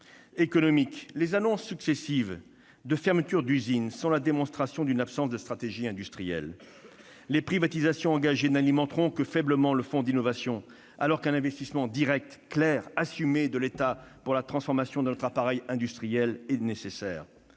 les annonces successives de fermetures d'usines sont la démonstration d'une absence de stratégie industrielle. Les privatisations engagées n'alimenteront que faiblement le fonds pour l'innovation, alors qu'un investissement direct, clair et assumé de l'État pour la transformation de notre appareil industriel serait nécessaire.